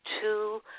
two